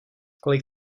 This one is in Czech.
kolik